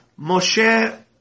Moshe